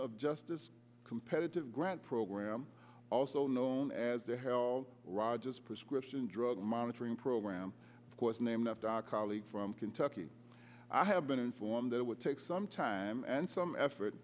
of justice competitive grant program also known as the hell rogers prescription drug monitoring program was named after our colleague from kentucky i have been informed that it would take some time and some effort